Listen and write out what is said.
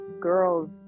girls